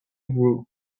grew